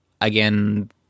Again